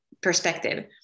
perspective